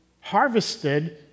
harvested